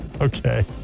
okay